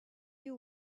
you